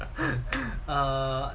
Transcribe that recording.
and err